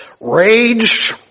rage